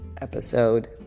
episode